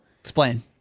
Explain